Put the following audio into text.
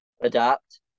adapt